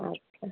আচ্ছা